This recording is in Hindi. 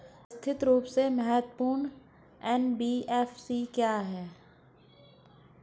व्यवस्थित रूप से महत्वपूर्ण एन.बी.एफ.सी क्या हैं?